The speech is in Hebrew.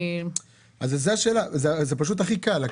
זה הכי קל.